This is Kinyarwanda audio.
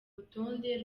rutonde